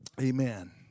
amen